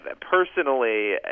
personally